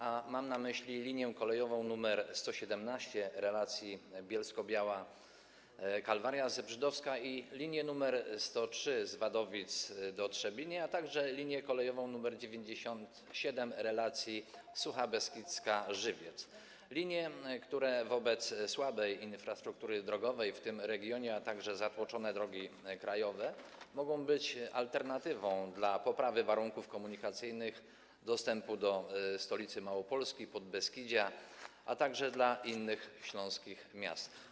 A mam na myśli linię kolejową nr 117 relacji Bielsko Biała - Kalwaria Zebrzydowska i linię nr 103 z Wadowic do Trzebini, a także linię kolejową nr 97 relacji Sucha Beskidzka - Żywiec, linie, które wobec słabej infrastruktury drogowej w tym regionie, a także ze względu na zatłoczone drogi krajowe mogą być alternatywą w działaniach dla poprawy warunków komunikacyjnych, dostępu do stolicy Małopolski i Podbeskidzia, a także do innych śląskich miast.